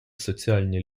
соціальні